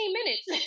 minutes